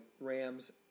Rams